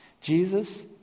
Jesus